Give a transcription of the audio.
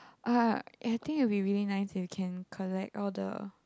uh I think it'll be very nice if you can collect all the